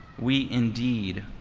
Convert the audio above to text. we indeed,